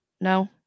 No